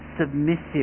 submissive